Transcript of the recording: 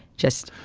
just,